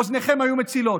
אוזניכם היו מצלצלות.